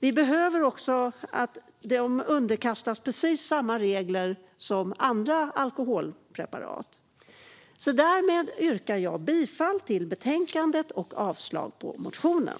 Det behövs också att dessa produkter underkastas precis samma regler som andra alkoholpreparat. Jag yrkar därför bifall till utskottets förslag och avslag på reservationen.